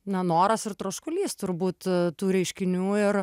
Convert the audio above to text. nenoras ir troškulys turbūt tų reiškinių ir